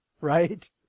right